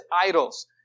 idols